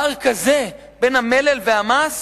פער כזה בין המלל למעש